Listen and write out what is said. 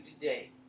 today